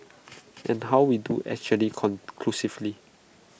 and how we do actually conclusively